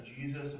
Jesus